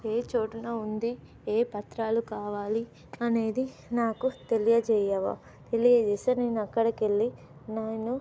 ఏ చోటున ఉంది ఏ పత్రాలు కావాలి అనేది నాకు తెలియజేయ్యవా తెలియజేస్తే నేను అక్కడికెళ్ళి నేను